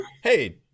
hey